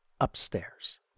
upstairs